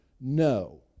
no